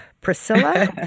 Priscilla